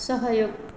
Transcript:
सहयोग